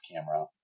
camera